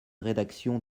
rédaction